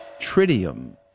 tritium